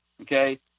okay